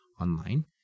online